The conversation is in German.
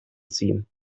ziehen